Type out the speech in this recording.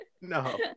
no